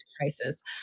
crisis